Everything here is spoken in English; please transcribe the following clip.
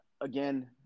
Again